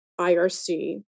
IRC